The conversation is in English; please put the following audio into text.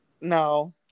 No